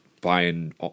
buying